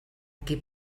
qui